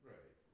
Right